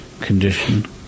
condition